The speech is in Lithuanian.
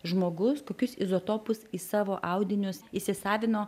žmogus kokius izotopus į savo audinius įsisavino